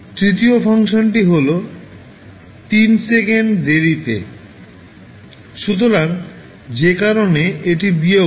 তৃতীয় ফাংশনটি হল 3 সেকেন্ড দেরীতে সুতরাং যে কারণে এটি বিয়োগ হবে